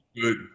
Good